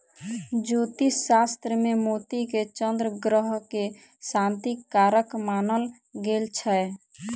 ज्योतिष शास्त्र मे मोती के चन्द्र ग्रह के शांतिक कारक मानल गेल छै